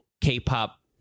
K-pop